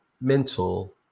mental